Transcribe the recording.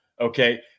okay